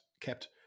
kept